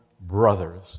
brothers